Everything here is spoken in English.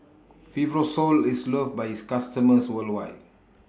Fibrosol IS loved By its customers worldwide